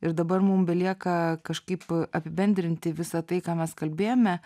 ir dabar mum belieka kažkaip apibendrinti visą tai ką mes kalbėjome